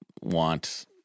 want